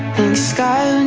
sky